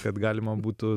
kad galima būtų